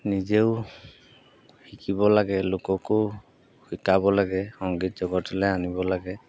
নিজেও শিকিব লাগে লোককো শিকাব লাগে সংগীত জগতলৈ আনিব লাগে